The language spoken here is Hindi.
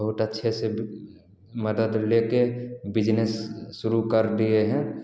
बहुत अच्छे से मदद लेकर बिजनेस शुरू कर दिए हैं